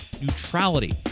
neutrality